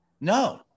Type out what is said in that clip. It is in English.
No